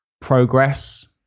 progress